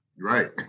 right